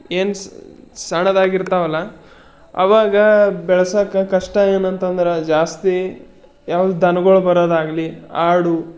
ಏನು ಸಣ್ಣದಾಗಿರ್ತಾವಲ್ಲ ಅವಾಗ ಬೆಳಸೋಕ್ಕೆ ಕಷ್ಟ ಏನಂತಂದ್ರೆ ಜಾಸ್ತಿ ಅವು ದನಗಳು ಬರೋದಾಗಲಿ ಆಡು